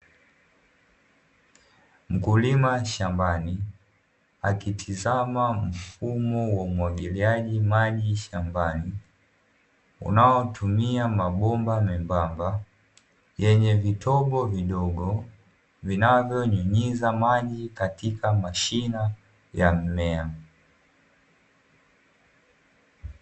Mkulima shambani akitizama mfumo wa umwagiliaji maji shambani, unaotumia mabomba membamba yenye vitobo vidogo vinavyonyunyiza maji katika mashina ya mmea.